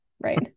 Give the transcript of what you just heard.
Right